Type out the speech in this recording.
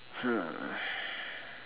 hmm